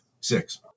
Six